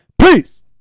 Peace